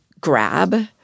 grab